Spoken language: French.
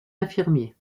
infirmier